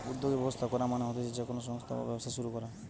উদ্যোগী ব্যবস্থা করা মানে হতিছে যে কোনো সংস্থা বা ব্যবসা শুরু করা